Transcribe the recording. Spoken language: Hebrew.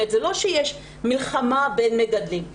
כלומר לא שיש מלחמה בין מגדלים,